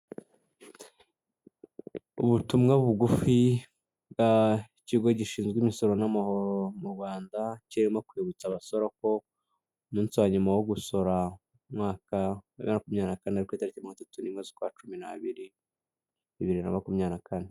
Ubutumwa bugufi bwa ikigo gishinzwe imisoro namahoro m'urwanda kirimo kwibutsa abasora ko umunsi wanyuma wo gusora mumwaka wa bibiri na makumyabiri na kane ari kwitariki ya mirongo itatu nimwe zukwacumi nabiri bibiri na makumyabiri na kane.